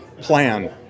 plan